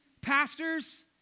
pastors